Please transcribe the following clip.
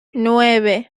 nueve